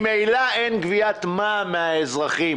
ממילא אין גביית מע"מ מהאזרחים